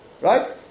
Right